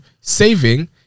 saving